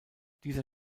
dieser